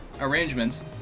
arrangements